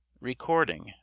Recording